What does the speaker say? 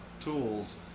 tools